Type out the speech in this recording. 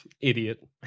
Idiot